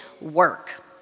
work